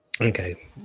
Okay